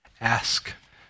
ask